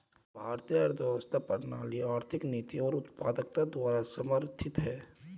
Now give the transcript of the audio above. भारतीय अर्थव्यवस्था प्रणाली आर्थिक नीति और उत्पादकता द्वारा समर्थित हैं